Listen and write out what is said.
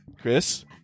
Chris